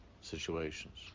situations